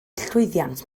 llwyddiant